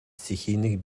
стихийных